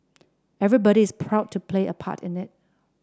everybody is proud to play a part in it